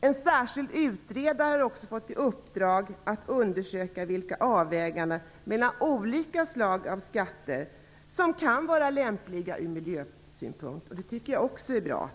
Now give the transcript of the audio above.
En särskild utredare har fått i uppdrag att undersöka vilka avväganden mellan olika slag av skatter som kan vara lämpliga ur miljösynpunkt, och det tycker jag också är bra.